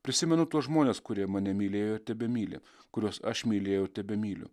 prisimenu tuos žmones kurie mane mylėjo ir tebemyli kuriuos aš mylėjau tebemyliu